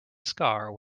scar